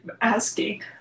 asking